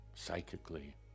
Psychically